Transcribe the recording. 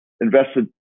invested